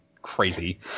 Crazy